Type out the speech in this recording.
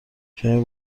کمی